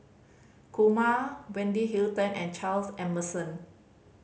Kumar Wendy Hutton and Charles Emmerson